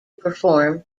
perform